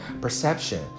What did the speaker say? perception